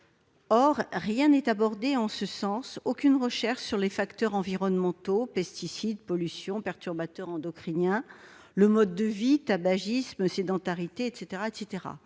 Or rien n'est fait en ce sens, aucune recherche n'est réalisée sur les facteurs environnementaux- pesticides, pollution, perturbateurs endocriniens -ou sur le mode de vie- tabagisme, sédentarité, etc.